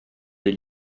des